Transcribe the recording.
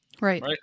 Right